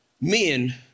men